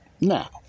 Now